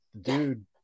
dude